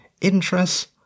interest